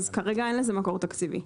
כרגע אין לזה מקור תקציבי.